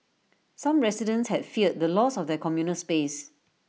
some residents had feared the loss of their communal space